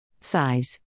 Size